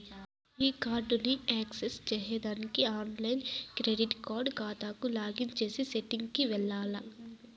ఈ కార్డుని యాక్సెస్ చేసేదానికి ఆన్లైన్ క్రెడిట్ కార్డు కాతాకు లాగిన్ చేసే సెట్టింగ్ కి వెల్లాల్ల